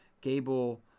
Gable